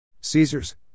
Caesar's